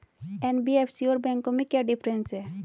NBFC और बैंकों में क्या डिफरेंस है?